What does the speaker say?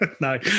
no